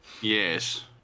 Yes